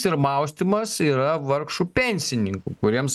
ir maustymas yra vargšų pensininkų kuriems